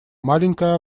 маленькая